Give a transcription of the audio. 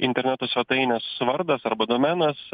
interneto svetainės vardas arba domenas